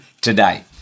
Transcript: today